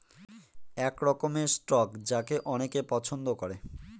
এক রকমের স্টক যাকে অনেকে পছন্দ করে